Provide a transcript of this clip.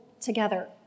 together